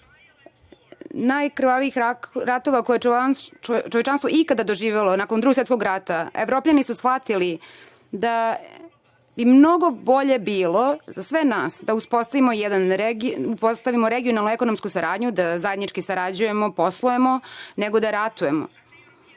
najkrvavijih ratova koje je čovečanstvo ikada doživelo, nakon Drugog svetskog rata, evropljani su shvatili da bi mnogo bolje bilo za sve nas da uspostavimo jednu regionalnu ekonomsku saradnju, da zajednički sarađujemo, poslujemo, nego da ratujemo.